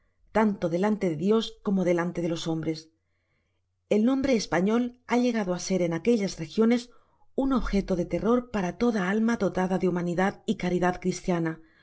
tanto delante de dios como delante de los hombres el nombre español ha llegado á ser en aquellas regiones un objeto de terror para toda alma dolada de humanidad y caridad cristiana